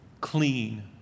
clean